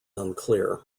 unclear